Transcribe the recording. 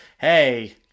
Hey